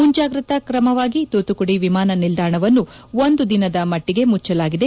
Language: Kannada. ಮುಂಜಾಗ್ರತ ಕ್ರಮವಾಗಿ ತೂತುಕೂದಿ ವಿಮಾನ ನಿಲ್ಲಾಣವನ್ನು ಒಂದು ದಿನದ ಮಟ್ಟಿಗೆ ಮುಚ್ಚಲಾಗಿದೆ